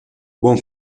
buon